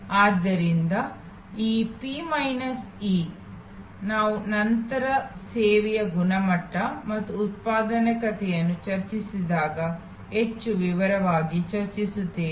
ಆದ್ದರಿಂದ ಈ P minus E ನಾವು ನಂತರ ಸೇವೆಯ ಗುಣಮಟ್ಟ ಮತ್ತು ಉತ್ಪಾದಕತೆಯನ್ನು ಚರ್ಚಿಸಿದಾಗ ಹೆಚ್ಚು ವಿವರವಾಗಿ ಚರ್ಚಿಸುತ್ತೇವೆ